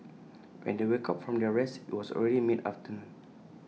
when they woke up from their rest IT was already mid afternoon